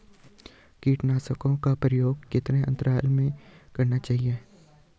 कीटनाशकों का प्रयोग कितने अंतराल में करना चाहिए?